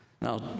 Now